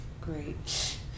Great